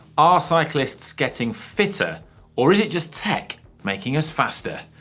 are cyclists getting fitter or is it just tech making us faster?